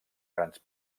grans